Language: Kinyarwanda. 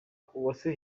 uwase